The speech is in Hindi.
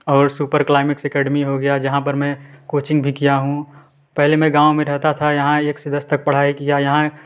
और सुपर क्लाइमेक्स अकेडमी हो गया जहाँ पर मैं कोचिंग भी किया हूँ पहले मैं गाँव में रहता था यहाँ एक से दस तक पढ़ाई किया यहाँ